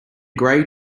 gray